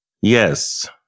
Yes